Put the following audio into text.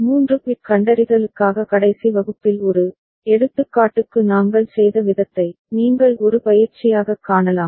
3 bit கண்டறிதலுக்காக கடைசி வகுப்பில் ஒரு எடுத்துக்காட்டுக்கு நாங்கள் செய்த விதத்தை நீங்கள் ஒரு பயிற்சியாகக் காணலாம்